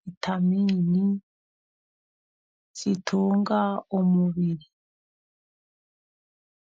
vitamini zitunga umubiri.